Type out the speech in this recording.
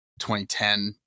2010